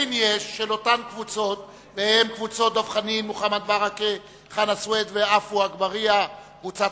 של קבוצת סיעת חד"ש וקבוצת